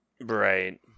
Right